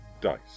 Dice